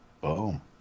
Boom